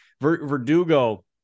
Verdugo